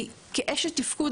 כי כאשת תפקוד,